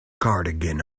cardigan